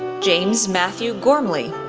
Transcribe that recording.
james matthew gormley,